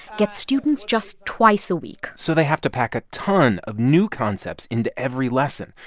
get students just twice a week so they have to pack a ton of new concepts into every lesson,